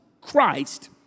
Christ